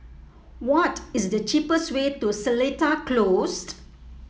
what is the cheapest way to Seletar Closed